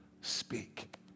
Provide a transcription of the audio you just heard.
speak